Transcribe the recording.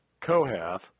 Kohath